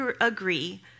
agree